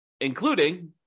including